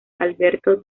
alberto